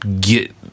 get